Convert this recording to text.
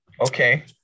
Okay